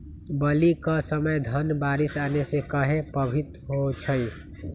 बली क समय धन बारिस आने से कहे पभवित होई छई?